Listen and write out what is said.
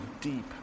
deep